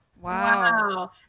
Wow